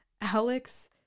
Alex